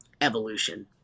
evolution